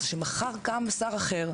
זה שמחר קם שר אחר,